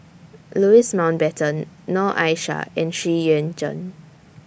Louis Mountbatten Noor Aishah and Xu Yuan Zhen